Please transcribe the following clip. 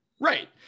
Right